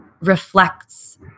reflects